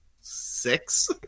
six